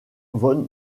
von